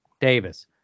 Davis